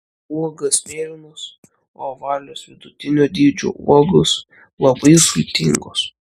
uogos mėlynos ovalios vidutinio dydžio uogos labai sultingos